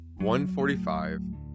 145